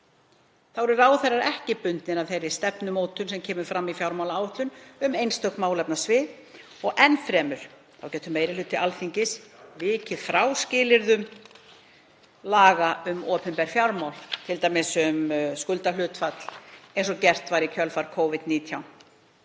Þá eru ráðherrar ekki bundnir af þeirri stefnumótun sem kemur fram í fjármálaáætlun um einstök málefnasvið. Enn fremur getur meiri hluti Alþingis vikið frá skilyrðum laga um opinber fjármál, t.d. um skuldahlutfall, eins og gert var í kjölfar Covid-19.